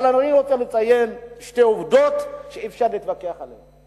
אבל אני רוצה לציין שתי עובדות שאי-אפשר להתווכח עליהן.